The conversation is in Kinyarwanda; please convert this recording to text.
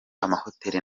amahoteli